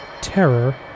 Terror